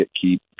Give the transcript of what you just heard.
keep